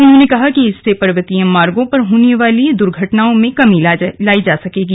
उन्होंने कहा कि इससे पर्वतीय मार्गों पर होने वाली दुर्घटनाओं में कमी लाई जा सकती है